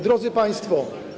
Drodzy Państwo!